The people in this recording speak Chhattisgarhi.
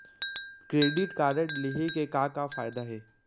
क्रेडिट कारड लेहे के का का फायदा हे?